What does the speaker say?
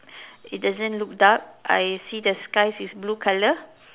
it doesn't look dark I see the sky is blue colour